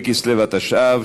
ה' בכסלו התשע"ו,